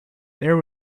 there